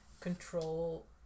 control